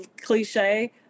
cliche